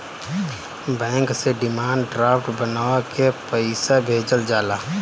bank से demand draft बनवा के पईसा भेजल जाला